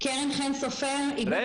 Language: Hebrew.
קרן חן סופר, איגוד לשכות המסחר.